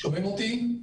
בהמשך.